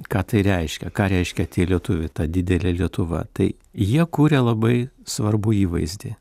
ką tai reiškia ką reiškia tie lietuviai ta didelė lietuva tai jie kuria labai svarbų įvaizdį